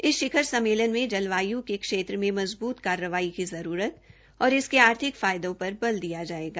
इस षिखर सम्मेलन में जलवायु के क्षेत्र में मजबूत कार्रवाई की जरूरत और इसके आर्थिक फायदों पर बल दिया जायेगा